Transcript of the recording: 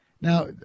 now